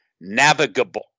navigable